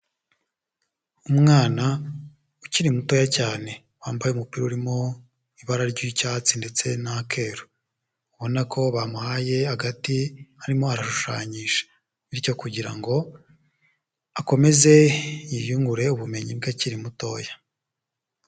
Umwana ukiri mutoya cyane wambaye umupira urimo ibara ry'icyatsi ndetse na keru, ubona ko bamuhaye agati arimo arashushanyije bityo kugira ngo akomeze yiyungure ubumenyi bwe akiri mutoya.